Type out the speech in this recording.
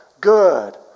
good